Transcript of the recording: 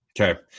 Okay